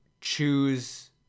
choose